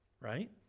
Right